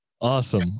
Awesome